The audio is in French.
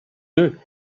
deux